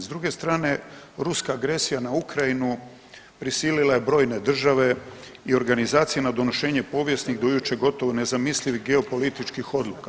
S druge strane ruska agresija na Ukrajinu prisila je brojne države i organizacije na donošenje povijesnih do jučer gotovo nezamislivih geopolitičkih odluka.